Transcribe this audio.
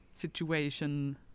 situation